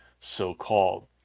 so-called